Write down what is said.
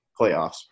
playoffs